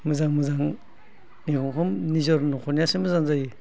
मोजां मोजां निजेनि न'खरनियासो मोजां जायो